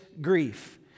grief